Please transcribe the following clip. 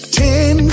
ten